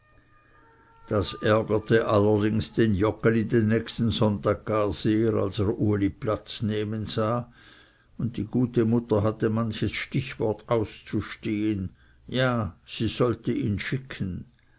das ärgerte allerdings den joggeli den nächsten sonntag gar sehr als er uli platz nehmen sah und die gute mutter hatte manches stichwort auszustehen ja sie sollte ihn schicken